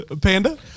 Panda